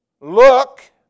look